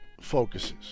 focuses